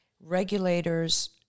Regulators